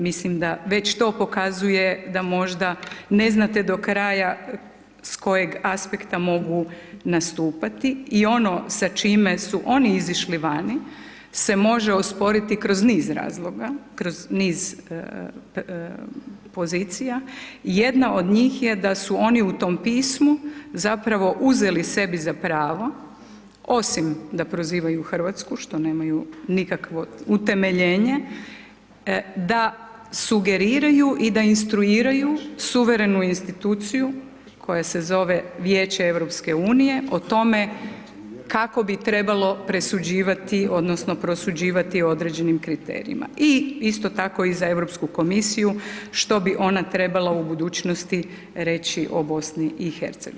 Mislim da već to pokazuje da možda ne znate do kraja s kojeg aspekta mogu nastupati i ono s čime su oni izišli vani, se može osporiti kroz niz razloga, kroz niz pozicija, jedna od njih je da su oni u tom pismu, zapravo uzeli za sebi za pravo, osim što prozivaju Hrvatsku, što nemaju nikakvo utemeljenje, da sugeriraju i da instruiraju suvremenu instituciju, koja se zove Vijeće EU, o tome kako bi trebalo presuđivati, odnosno, prosuđivati o određenim kriterijima i isto tako za Europsku komisiju, što bi ona trebala u budućnosti reći o BIH.